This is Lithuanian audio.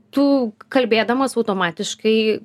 tų kalbėdamas automatiškai